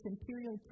imperial